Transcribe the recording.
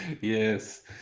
Yes